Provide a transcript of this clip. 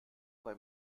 bei